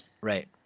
Right